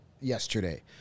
yesterday